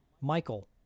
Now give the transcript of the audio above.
Michael